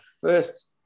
first